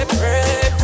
pray